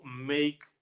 make